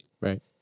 Right